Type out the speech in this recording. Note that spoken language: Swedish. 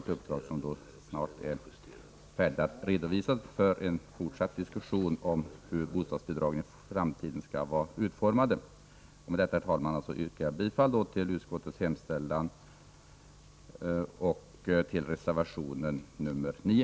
Inom kort kommer man att kunna redovisa resultatet av sitt arbete. Detta arbete kommer att vara föremål för en fortsatt diskussion om hur bostadsbidragen i framtiden skall vara utformade. Med detta, herr talman, yrkar jag således bifall till utskottets hemställan och till reservation nr 9.